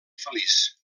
feliç